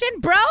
bro